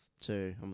Two